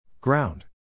Ground